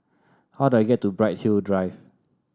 how do I get to Bright Hill Drive